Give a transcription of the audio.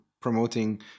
promoting